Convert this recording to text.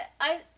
I-